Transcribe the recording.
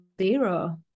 zero